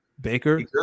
Baker